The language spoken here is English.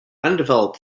undeveloped